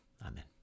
Amen